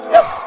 Yes